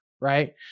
right